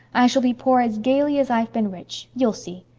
i shall be poor as gaily as i've been rich. you'll see.